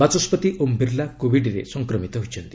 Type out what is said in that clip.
ବାଚସ୍କତି ଓମ୍ ବିର୍ଲା କୋବିଡ୍ରେ ସଂକ୍ରମିତ ହୋଇଛନ୍ତି